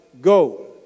go